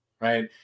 right